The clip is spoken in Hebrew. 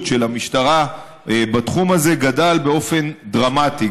של המשטרה בתחום הזה גדל באופן דרמטי,